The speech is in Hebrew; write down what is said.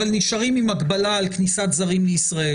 אבל נשארים עם הגבלה על כניסת זרים לישראל.